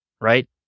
right